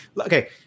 okay